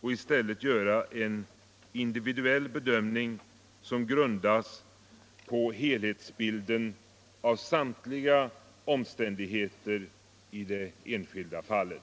och i stället göra en individuell bedömning som grundas på helhetsbilden av samtliga omständigheter i det enskilda fallet.